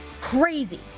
crazy